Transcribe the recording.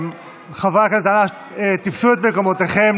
חברי הכנסת, תפסו את מקומותיכם.